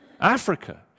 Africa